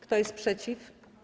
Kto jest przeciw?